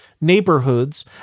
neighborhoods